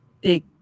Big